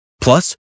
Plus